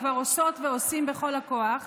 כבר עושות ועושים בכל הכוח,